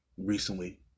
Recently